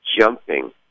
jumping